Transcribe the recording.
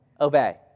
Obey